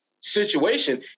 situation